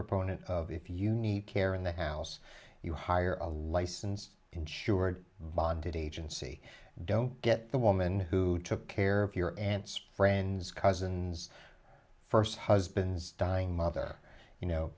proponent of if you need care in the house you hire a licensed insured bonded agency don't get the woman who took care of your aunt's friends cousins first husband's dying mother you know